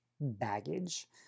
baggage